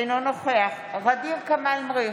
אינו נוכח ע'דיר כמאל מריח,